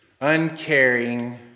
uncaring